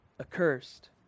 accursed